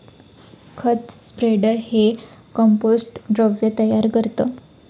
खत स्प्रेडर हे कंपोस्ट द्रव तयार करतं